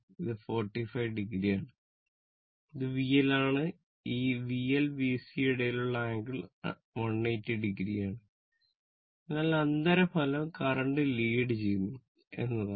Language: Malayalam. ഇത് 45 o ആണ് ഇത് VL ആണ് ഈ VL VC ഇടയിലുള്ള ആംഗിൾ 180o ആണ് അതിനാൽ അന്തരഫലം കറന്റ് ലീഡ് ചെയ്യുന്നു എന്നതാണ്